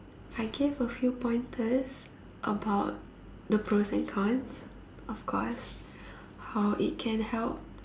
I gave a few pointers about the pros and cons of course how it can help